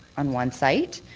on one site.